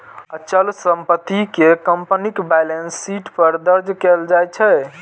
अचल संपत्ति कें कंपनीक बैलेंस शीट पर दर्ज कैल जाइ छै